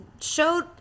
showed